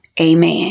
Amen